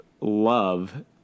love